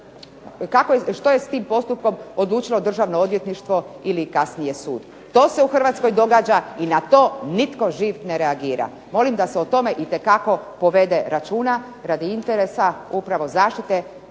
što je s tim postupkom odlučilo državno odvjetništvo ili kasnije sud. To se u Hrvatskoj događa i na to nitko živ ne reagira. Molim da se o tome itekako povede računa radi interesa upravo zaštite